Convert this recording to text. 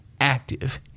Active